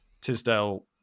Tisdale